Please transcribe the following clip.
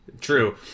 true